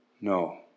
No